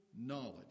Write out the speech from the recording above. knowledge